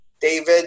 David